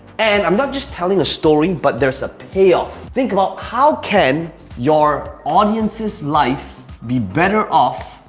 and i'm not just telling a story but there's a pay off. think about how can your audience's life be better off,